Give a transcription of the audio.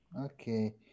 Okay